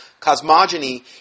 Cosmogony